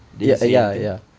did he say anything